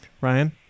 Ryan